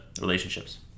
relationships